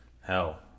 hell